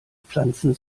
pflanzen